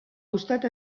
costat